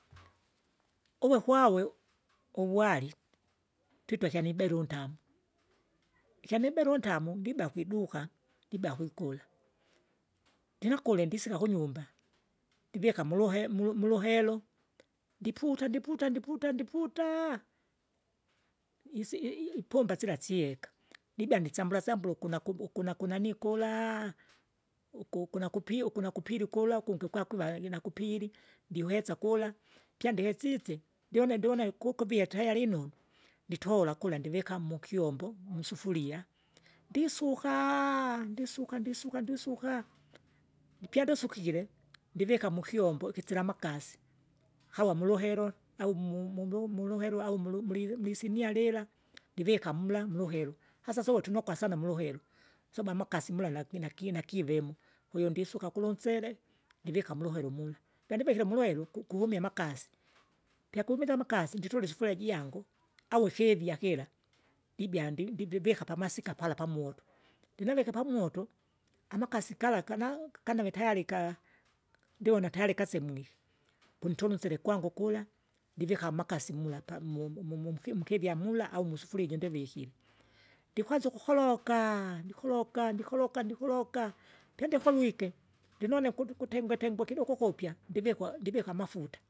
uve kwawe uwari twitwa kyaniberi untama, kyaniberi untamo ndiba kwiduka, ndibea kwikula, ndinakue ndisika kunyumba, ndivika muluhe mulu- muluhelo. Ndiput ndiputa ndiputa ndiputaa! isi- ipumba sila sieka, ndibea ndisambula sambula uku naku uku nanunanii kulaa! ukukunaku nakupi uku nakupili ukula ukungi kwakwiva inakupili, ndiwesa kula, pyandiwesise ndione ndiwone kukuvie tayalino. Nditola kula ndivika mokyombo, musufuria, ndisukaa! ndisuka ndisuka ndisuka, ndipya ndisukile, ndivika kukyombo ikisila amakasi, kawa muluhero, au mu- mu- muvu- muluhelo au mulu- muli- mulisinia lila, ndivika mla muluhero, sasa so tunokwa sana muluhelo, soba amakasi mula laki nakinakivemo, kwahiyo ndisuka gula unsele, ndivika muluhelo mula. Pyandivikile muluhelo kukuvumia amakasi, pyakumize amaksi nditola isifulia jiangu, au ikivya kira, ndibya ndi- ndivivika pamasika pala pamoto. Ndinavike pamot, amakasi gala gana- ganave tayari ka- ndiwona tayari kasemwike, pununtusile kula, ndivika amakasi mula pamu mu- mu- mu- munkimu- mkivya mula au musufuria iji ndivikire, ndikwanza ukukologa, ndikologa ndikologa ndikoloka, pyandikolwike, ndinone nkutu kutenge tengwe kidoko ukupya ndivikwa ndivika amafuta.